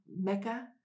mecca